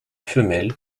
femelle